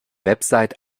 website